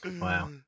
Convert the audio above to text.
Wow